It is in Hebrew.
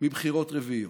מבחירות רביעיות.